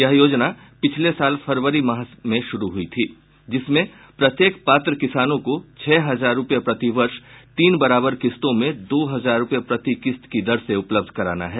यह योजना पिछले साल फरवरी माह में शुरू हुई थी जिसमें प्रत्येक पात्र किसानों को छह हजार रुपये प्रति वर्ष तीन बराबर किस्तों में दो हजार रुपये प्रति किस्त की दर से उपलब्ध कराना है